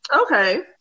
Okay